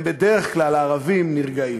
הם בדרך כלל, הערבים, נרגעים.